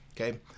Okay